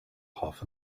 half